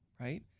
right